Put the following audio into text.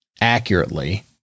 accurately